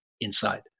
inside